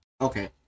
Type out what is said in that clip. Okay